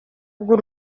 bw’u